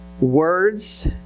words